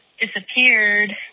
disappeared